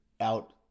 out